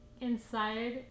inside